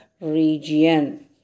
region